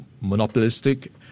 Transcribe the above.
monopolistic